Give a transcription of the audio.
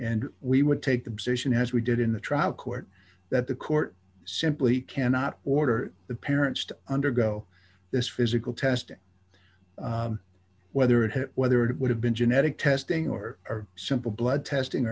and we would take the position as we did in the trial court that the court simply cannot order the parents to undergo this physical testing whether it whether it would have been genetic testing or a simple blood testing